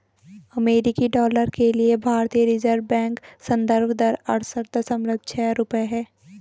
अमेरिकी डॉलर के लिए भारतीय रिज़र्व बैंक संदर्भ दर अड़सठ दशमलव छह रुपये है